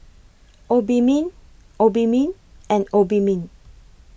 Obimin Obimin and Obimin